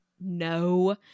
No